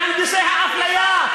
מהנדסי האפליה,